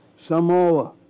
Samoa